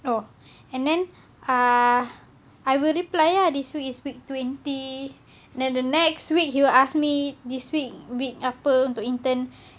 oh and then err I will reply ah this week this week twenty then the next week he will ask me this week with apa untuk intern